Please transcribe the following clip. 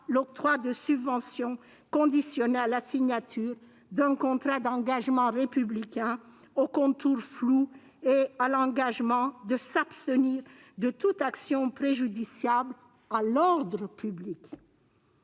l'octroi de subventions conditionné à la signature d'un contrat d'engagement républicain aux contours flous et à l'engagement de s'abstenir de toute action préjudiciable à l'ordre public.